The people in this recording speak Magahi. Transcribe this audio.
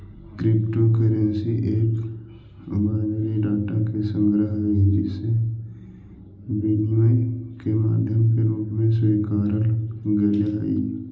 क्रिप्टो करेंसी एक बाइनरी डाटा के संग्रह हइ जेसे विनिमय के माध्यम के रूप में स्वीकारल गेले हइ